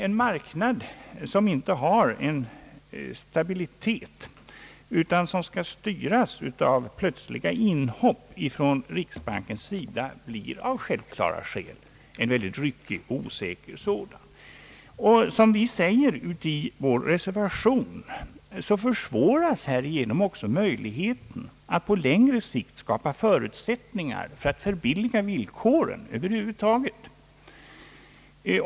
En marknad, som inte har stabilitet, utan som skall styras av plötsliga inhopp från riksbankens sida, blir av självklara skäl ryckig och osäker. Som vi säger i vår reservation försvåras härigenom möjligheterna att på längre sikt skapa förutsättningar för att förbilliga kreditvillkoren över hu vud taget.